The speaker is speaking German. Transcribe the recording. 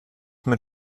mit